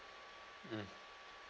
mm